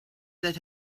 that